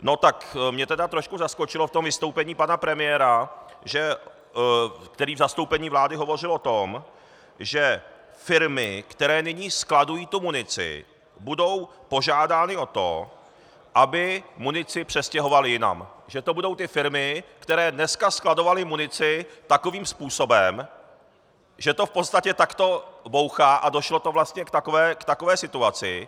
No tak mě teda trošku zaskočilo v tom vystoupení pana premiéra, který v zastoupení vlády hovořil o tom, že firmy, které nyní skladují tu munici, budou požádány o to, aby munici přestěhovaly jinam, že to budou ty firmy, které dneska skladovaly munici takovým způsobem, že to v podstatě takto bouchá a došlo to vlastně k takové situaci.